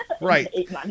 right